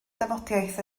dafodiaith